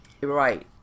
Right